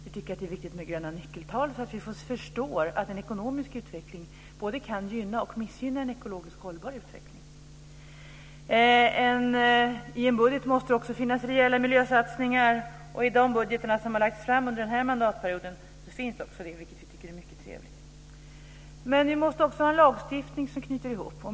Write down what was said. Vi tycker att det är viktigt med gröna nyckeltal så att vi förstår att en ekonomisk utveckling både kan gynna och missgynna en ekologiskt hållbar utveckling. I en budget måste det finnas rejäla miljösatsningar, och i de budgetar som har lagts fram under den här mandatperioden finns sådana, vilket vi tycker är mycket trevligt. Men vi måste också ha en lagstiftning som knyter ihop.